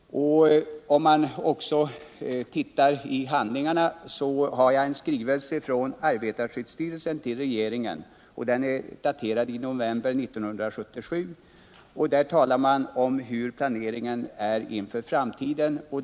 I en skrivelse från arbetarskyddsstyrelsen, daterad november 1977, talar man om hur planeringen är inför framtiden.